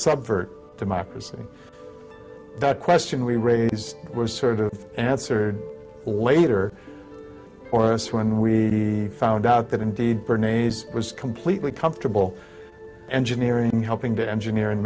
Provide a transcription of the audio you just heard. subvert democracy that question we raised was sort of answered or later for us when we found out that indeed bernays was completely comfortable engineering and helping to engineer